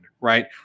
right